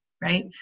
right